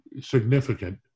significant